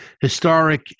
historic